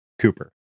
Cooper